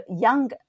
young